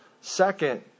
Second